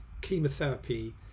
chemotherapy